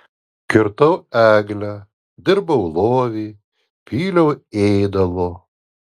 kirtau eglę dirbau lovį pyliau ėdalo